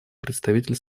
представитель